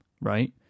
right